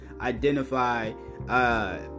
identify